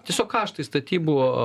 tiesiog kaštai statybų